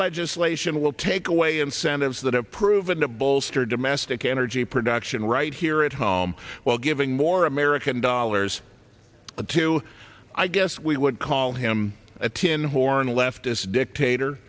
legislation will take away incentives that have proven to bolster domestic energy production right here at home while giving more american dollars to i guess we would call him a tin horn a leftist dictator